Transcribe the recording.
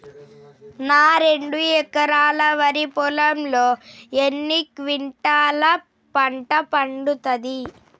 నా రెండు ఎకరాల వరి పొలంలో ఎన్ని క్వింటాలా పంట పండుతది?